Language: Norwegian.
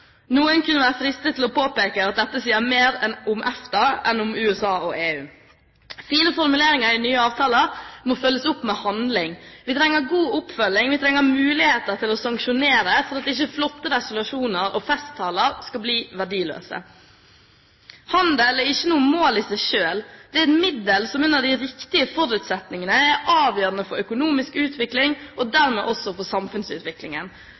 Noen kunne være fristet til å påpeke at dette sier mer om EFTA enn om USA og EU. Fine formuleringer i nye avtaler må følges opp med handling. Vi trenger god oppfølging, og vi trenger muligheter til å sanksjonere for at ikke flotte resolusjoner og festtaler skal bli verdiløse. Handel er ikke noe mål i seg selv. Det er et middel som under de riktige forutsetningene er avgjørende for økonomisk utvikling og dermed også for samfunnsutviklingen.